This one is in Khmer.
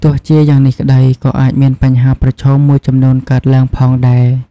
ទោះជាយ៉ាងនេះក្តី ក៏អាចមានបញ្ហាប្រឈមមួយចំនួនកើតឡើងផងដែរ។